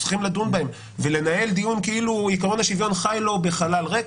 צריכים לדון בהם ולנהל דיון כאילו עיקרון השוויון חי לו בחלל ריק,